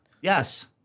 Yes